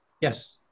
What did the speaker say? Yes